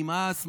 נמאס,